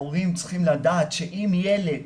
הורים צריכים לדעת שאם ילד